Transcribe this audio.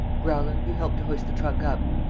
growler, you help to hoist the trunk up.